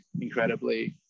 incredibly